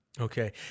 Okay